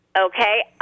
Okay